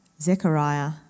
Zechariah